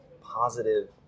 positive